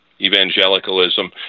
evangelicalism